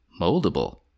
moldable